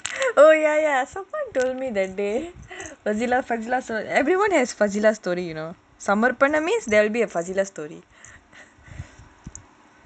oh ya ya someone told me that day the fauzila everyone has fauzila story you know இந்த வாரம் இல்ல:indha vaaram illa